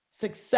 success